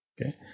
Okay